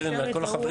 קרן וכל החברים,